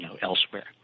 elsewhere